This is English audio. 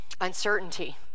Uncertainty